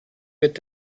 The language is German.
wird